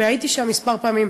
והייתי שם כמה פעמים,